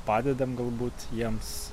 padedam galbūt jiems